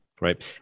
right